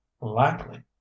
Likely